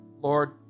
Lord